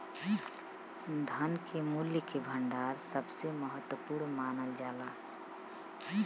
धन के मूल्य के भंडार सबसे महत्वपूर्ण मानल जाला